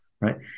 right